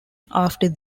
after